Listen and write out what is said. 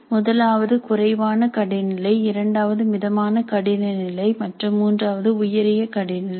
முதலாவது குறைவான கடின நிலை இரண்டாவது மிதமான கடின நிலை மற்றும் மூன்றாவது உயரிய கடின நிலை